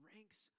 Ranks